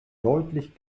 deutlich